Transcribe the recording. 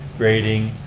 grading,